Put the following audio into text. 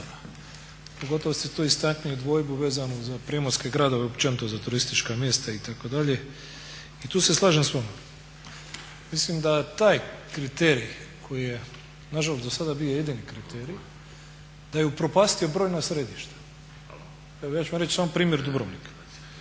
Pogotovo ste tu istaknuli dvojbu vezano za primorske gradove i općenito za turistička mjesta itd. i tu se slažem s vama. Mislim da taj kriterij koji je nažalost do sada bio jedini kriterij da je upropastio brojna središta. Evo ja ću vam reći samo primjer Dubrovnika.